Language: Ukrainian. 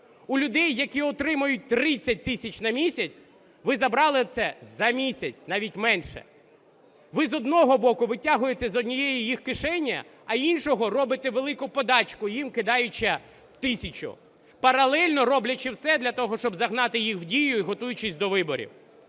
у людей, які отримують 30 тисяч на місяць, ви забрали це за місяць, навіть менше. Ви, з одного боку, витягуєте з однієї їх кишені, а з іншого – робите велику подачку, їм кидаючи тисячу. Паралельно роблячи все для того, щоб загнати їх в Дію, і готуючись до виборів.